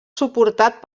suportat